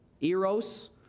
eros